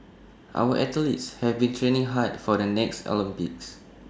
our athletes have been training hard for the next Olympics